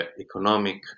economic